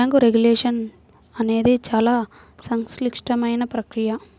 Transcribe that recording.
bank regulation అనేది చాలా సంక్లిష్టమైన ప్రక్రియ